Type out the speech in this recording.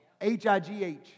H-I-G-H